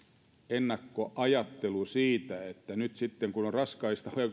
ennakkoajattelu siitä että nyt sitten kun on raskaista heikosti